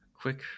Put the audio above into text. quick